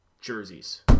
jerseys